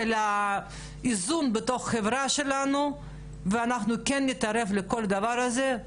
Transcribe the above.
של האיזון בתוך החברה שלנו ואנחנו כן נתערב בדבר הזה,